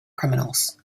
criminals